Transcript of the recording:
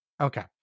Okay